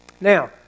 Now